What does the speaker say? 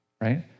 right